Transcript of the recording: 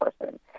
person